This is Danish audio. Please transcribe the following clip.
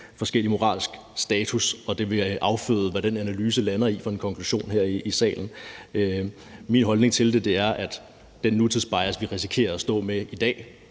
forskellig moralsk status, og vi må se, hvad for en konklusion den analyse lander i her i salen. Min holdning til det er, at den nutidsbias, vi risikerer at stå med i dag,